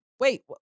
wait